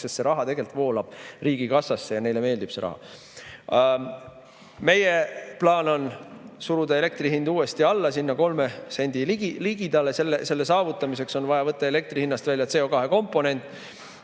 Sest see raha tegelikult voolab riigikassasse ja neile meeldib see raha. Meie plaan on suruda elektri hind uuesti alla kolme sendi ligidale. Selle saavutamiseks on vaja võtta elektri hinnast välja CO2-komponent,